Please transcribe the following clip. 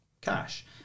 cash